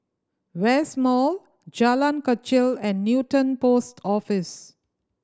West Mall Jalan Kechil and Newton Post Office